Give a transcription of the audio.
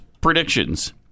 predictions